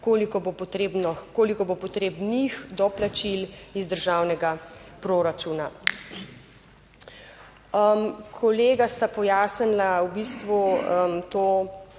koliko bo potrebnih doplačil iz državnega proračuna. Kolega sta pojasnila v bistvu to,